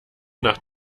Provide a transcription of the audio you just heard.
nach